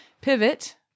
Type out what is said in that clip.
pivot